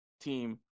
team